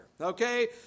Okay